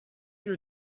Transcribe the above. your